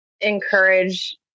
encourage